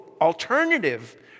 alternative